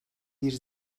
bir